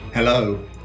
Hello